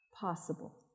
Possible